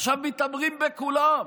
עכשיו מתעמרים בכולם,